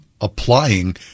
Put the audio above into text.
applying